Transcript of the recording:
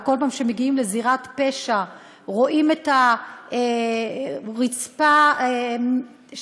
וכל פעם שמגיעים לזירת פשע רואים את הרצפה שניקו